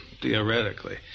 theoretically